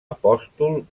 apòstol